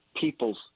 people's